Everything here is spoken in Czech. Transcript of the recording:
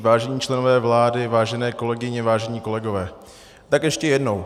Vážení členové vlády, vážené kolegyně, vážení kolegové, tak ještě jednou.